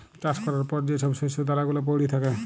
চাষ ক্যরার পর যে ছব শস্য দালা গুলা প্যইড়ে থ্যাকে